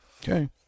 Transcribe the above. Okay